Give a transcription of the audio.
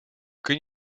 kan